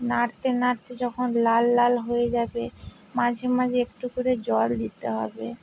নাড়তে নাড়তে যখন লাল লাল হয়ে যাবে মাঝে মাঝে একটু করে জল দিতে হবে